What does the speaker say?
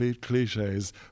cliches